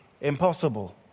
impossible